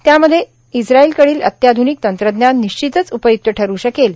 त्यामध्ये इस्त्रायलकडील अत्याध्निक तंत्रज्ञान निश्चितच उपयुक्त ठरू शकेल